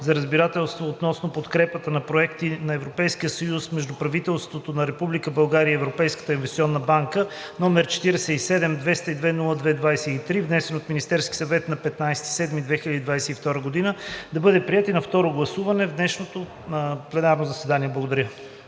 за разбирателство относно подкрепа за проекти на Европейския съюз между правителството на Република България и Европейската инвестиционна банка, № 47 202-02-23, внесен от Министерския съвет на 15 юли 2022 г., да бъде приет и на второ гласуване в днешното пленарно заседание. Благодаря.